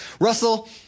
Russell